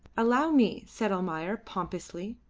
allow me, said almayer, pompously.